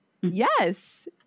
Yes